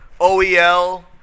OEL